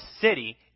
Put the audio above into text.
city